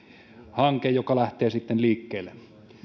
hanke joka lähtee sitten liikkeelle